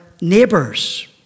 neighbors